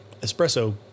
espresso